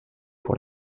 pour